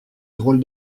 drôle